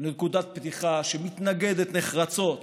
כנקודת פתיחה שמתנגדת נחרצות